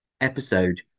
episode